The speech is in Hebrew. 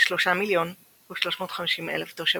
כ־3,350,000 תושבים.